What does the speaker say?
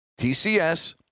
TCS